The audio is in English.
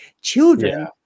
children